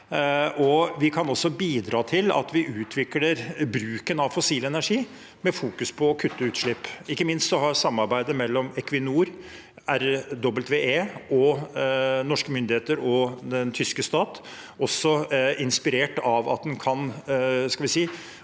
Vi kan også bidra til å utvikle bruken av fossil energi med fokus på å kutte utslipp. Ikke minst er samarbeidet mellom Equinor, RWE, norske myndigheter og den tyske staten inspirert av at en kan